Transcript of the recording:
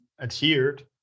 adhered